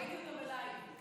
ראינו אותו בלייב.